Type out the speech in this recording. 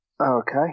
Okay